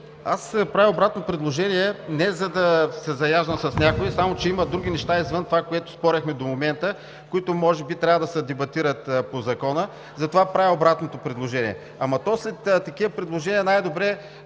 Аз правя обратно предложение не за да се заяждам с някого, само че има други неща извън това, което спорехме до момента, които може би трябва да се дебатират по Закона, затова правя обратното предложение. Ама то след такива предложения най-добре